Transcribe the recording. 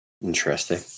Interesting